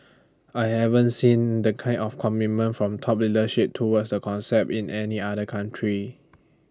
I haven't seen the kind of commitment from top leadership towards the concept in any other country